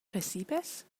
recibes